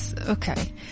Okay